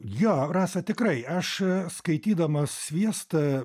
jo rasa tikrai aš skaitydamas sviestą